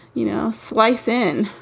you know, slice in.